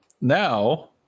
Now